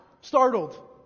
Startled